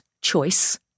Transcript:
choice